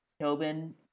Tobin